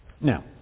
Now